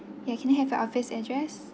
ya can I have your office address